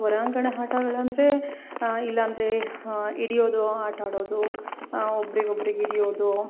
ಹೊರಾಂಗಣ ಆಟಗಳಂದ್ರೆ ಇಲ್ಲಾಂದರೆ ಹಾಂ ಹಿಡಿಯೋದು ಆಟ ಆಡೋದು ಒಬ್ರಿಗೆ ಒಬ್ರಿಗೆ ಹಿಡಿಯೋದು